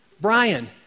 Brian